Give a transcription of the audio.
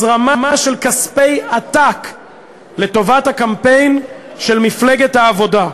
בהזרמה של כספי עתק לטובת הקמפיין של מפלגת העבודה.